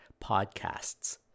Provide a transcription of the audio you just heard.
podcasts